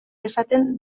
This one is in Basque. dezaten